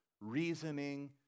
reasoning